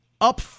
up